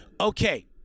Okay